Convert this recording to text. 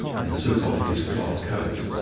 and took off his cloth coat.